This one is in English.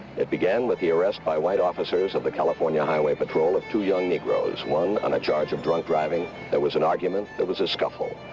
it began with the arrest by white officers of the california highway patrol of two young negros, one on a charge of drunk driving. there was an argument. there was a scuffle.